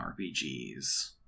RPGs